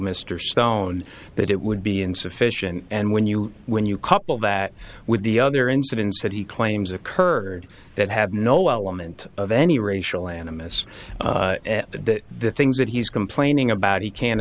mr stone that it would be insufficient and when you when you couple that with the other incidents that he claims occurred that have no element of any racial animus that the things that he's complaining about he can